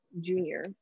junior